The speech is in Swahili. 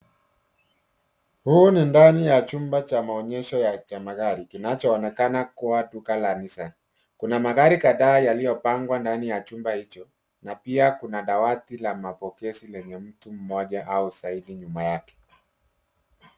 Huu ni ndani ya chumba cha maonyesho ya magari kinachoonekana kuwa duka la Nissan. Kuna magari kadhaa yaliyopangwa ndani ya chumba hicho na pia kuna dawati la mapokezi lenye mtu mmoja au zaidi nyuma yake.